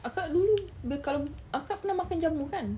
kakak dulu ber~ kalau kakak pernah makan jamu kan